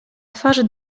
twarzy